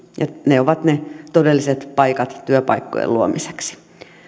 ne ovat ne todelliset paikat työpaikkojen luomiseksi